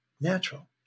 natural